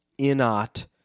inot